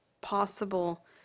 possible